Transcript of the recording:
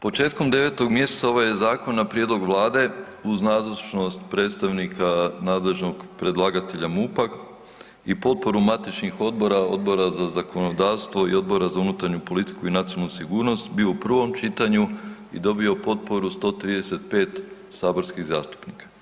Početkom 9. mjeseca ovaj je zakon na prijedlog vlade uz nazočnost predstavnika nadležnog predlagatelja MUP-a i potporu matičnih odbora, Odbora za zakonodavstvo i Odbora za unutarnju politiku i nacionalnu sigurnost bio u prvom čitanju i dobio potporu 135 saborskih zastupnika.